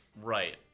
Right